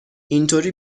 اینطوری